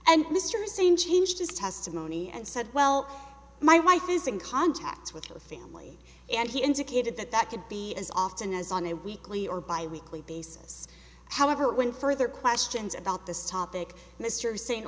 and mr hussein changed his testimony and said well my wife is in contact with her family and he indicated that that could be as often as on a weekly or bi weekly basis however when further questions about this topic mr